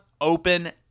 open